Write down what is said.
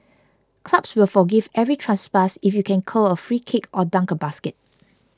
clubs will forgive every trespass if you can curl a free kick or dunk a basket